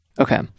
Okay